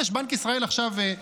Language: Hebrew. יש בבנק ישראל עכשיו,